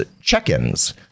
check-ins